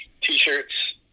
T-shirts